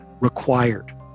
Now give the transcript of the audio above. required